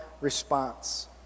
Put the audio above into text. response